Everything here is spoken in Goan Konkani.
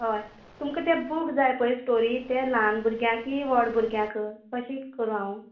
हय तुमकां तें बूक जाय पळय स्टोरी ते ल्हान भुरग्यां की व्हड भुरग्यांकं कशें करूं हांव